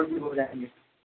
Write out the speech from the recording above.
سر یہ بھی ہو جائیں گے